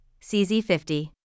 CZ50